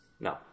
No